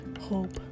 hope